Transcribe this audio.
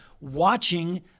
watching